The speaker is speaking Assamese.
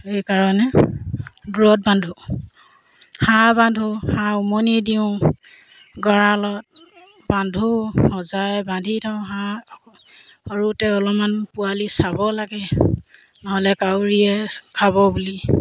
সেইকাৰণে দূৰত বান্ধো হাঁহ বান্ধো হাঁহ উমনি দিওঁ গঁৰালত বান্ধো সজাই বান্ধি থওঁ হাঁহ সৰুতে অলপমান পোৱালি চাব লাগে নহ'লে কাউৰীয়ে খাব বুলি